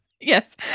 Yes